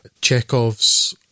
Chekhov's